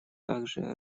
также